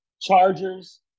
Chargers